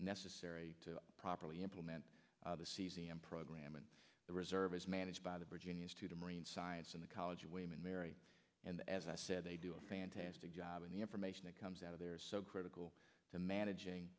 necessary to properly implement the caesium program and the reserve is managed by the virginians to the marine science and the college of william and mary and as i said they do a fantastic job and the information that comes out of there is so critical to managing